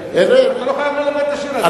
אתה לא חייב ללמד את השיר הזה.